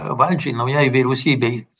valdžiai naujai vyriausybei